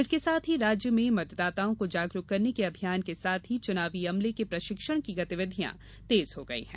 इसके साथ ही राज्य में मतदाताओं को जागरूक करने के अभियान के साथ ही चुनावी अमले के प्रशिक्षण की गतिविधियां तेज हो गयी है